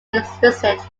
explicit